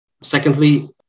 Secondly